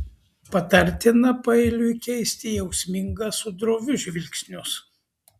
patartina paeiliui keisti jausmingą su droviu žvilgsnius